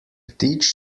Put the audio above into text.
ptič